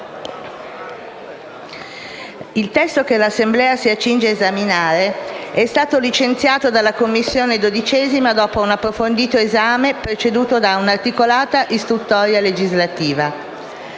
Il testo che l'Assemblea si accinge ad esaminare è stato licenziato dalla Commissione 12a dopo un approfondito esame, preceduto da un'articolata istruttoria legislativa.